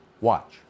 watch